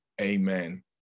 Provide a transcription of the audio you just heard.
Amen